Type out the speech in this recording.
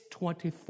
24